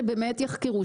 שבאמת יחקרו,